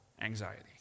anxiety